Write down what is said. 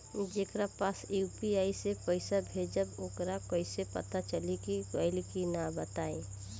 जेकरा पास यू.पी.आई से पईसा भेजब वोकरा कईसे पता चली कि गइल की ना बताई?